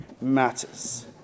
matters